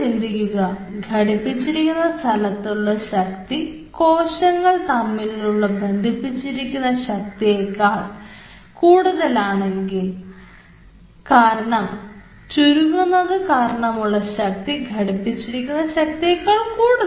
ഇങ്ങനെ ചിന്തിക്കുക ഘടിപ്പിച്ചിരിക്കുന്ന സ്ഥലത്തുള്ള ശക്തി കോശങ്ങൾ തമ്മിൽ ബന്ധിപ്പിച്ചിരിക്കുന്ന ശക്തിയേക്കാൾ കൂടുതലാണെങ്കിൽ കാരണം ചുരുങ്ങുന്നത് കാരണമുള്ള ശക്തി ഘടിപ്പിച്ചിരിക്കുന്ന ശക്തിയേക്കാൾ കൂടുതലാണ്